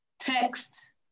text